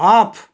off